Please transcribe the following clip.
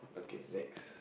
okay next